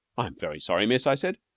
i'm very sorry, miss, i said,